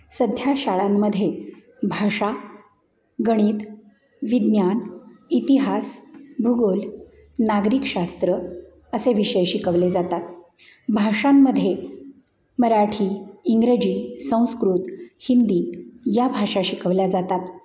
सध्या शाळांमध्ये भाषा गणित विज्ञान इतिहास भूगोल नागरिकशास्त्र असे विषय शिकवले जातात भाषांमध्ये मराठी इंग्रजी संस्कृत हिंदी या भाषा शिकवल्या जातात